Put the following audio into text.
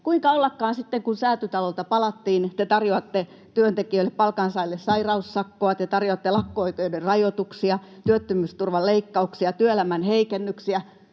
kuinka ollakaan, sitten kun Säätytalolta palattiin, te tarjoatte työntekijöille, palkansaajille sairaussakkoa, te tarjoatte lakko-oikeuden rajoituksia, työttömyysturvan leikkauksia, työelämän heikennyksiä.